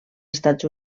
estats